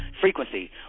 Frequency